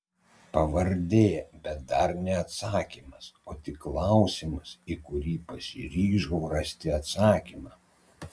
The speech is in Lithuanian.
pavardė bet dar ne atsakymas o tik klausimas į kurį pasiryžau rasti atsakymą